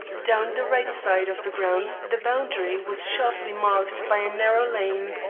down the right side of the grounds the boundary was sharply marked by a narrow lane,